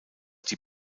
die